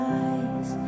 eyes